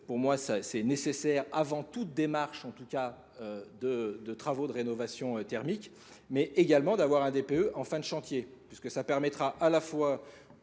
pour moi, c'est nécessaire avant toute démarche, en tout cas de travaux de rénovation thermique, mais également d'avoir un DPE en fin de chantier, puisque ça permettra à la fois